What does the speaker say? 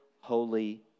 holy